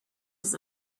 his